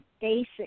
basic